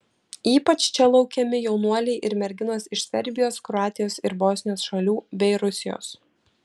ypač čia laukiami jaunuoliai ir merginos iš serbijos kroatijos ir bosnijos šalių bei rusijos